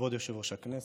כבוד יושב-ראש הכנסת,